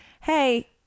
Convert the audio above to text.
hey